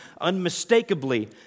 unmistakably